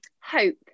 hope